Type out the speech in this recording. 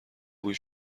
بوی